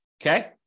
Okay